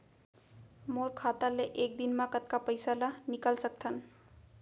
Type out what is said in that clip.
मोर खाता ले एक दिन म कतका पइसा ल निकल सकथन?